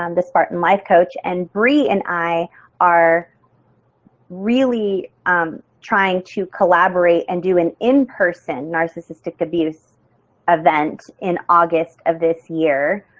um the spartan life coach and bree and i are really trying to collaborate and do an imperson narcissistic abuse event in august of this year.